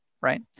right